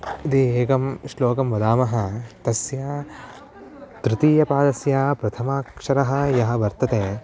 यदि एकं श्लोकं वदामः तस्य तृतीयपादस्य प्रथमाक्षरः यः वर्तते